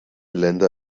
länder